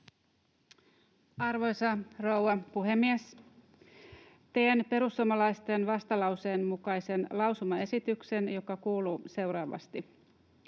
Arvoisa rouva puhemies! Teen perussuomalaisten vastalauseen mukaisen lausumaesityksen, joka kuuluu seuraavasti: